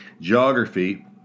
geography